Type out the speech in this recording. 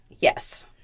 Yes